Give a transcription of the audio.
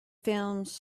films